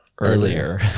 Earlier